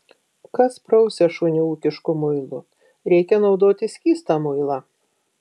kas prausia šunį ūkišku muilu reikia naudoti skystą muilą